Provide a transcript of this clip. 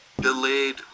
delayed